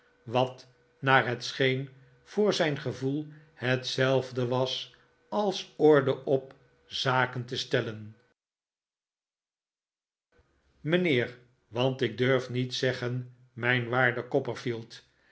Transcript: wat naar het scheen voor zijn gevoel hetzelfde was als orde op zijn zaken te stellen mijnheer want ik durf niet zeggen mijn waarde